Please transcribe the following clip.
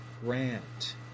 grant